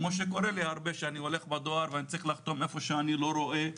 כמו שקורה לי הרבה שאני הולך לדואר ואני צריך לחתום איפה שאני לא רואה,